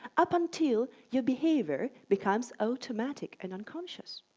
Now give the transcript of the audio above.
up until your behaviour becomes automatic and unconscious.